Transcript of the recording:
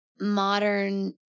modern